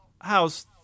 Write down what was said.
House